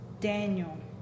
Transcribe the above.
daniel